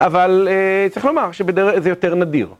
אבל צריך לומר שבדר... זה יותר נדיר.